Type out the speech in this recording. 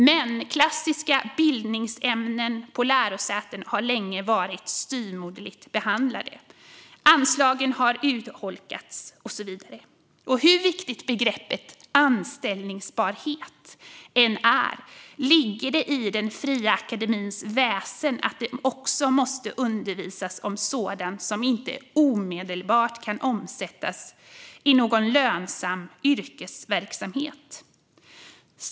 Men klassiska bildningsämnen på lärosäten har länge varit styvmoderligt behandlade. Anslagen har urholkats och så vidare. Hur viktigt begreppet anställbarhet än är ligger det i den fria akademins väsen att det också måste undervisas om sådant som inte omedelbart kan omsättas i någon lönsam yrkesverksamhet.